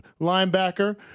linebacker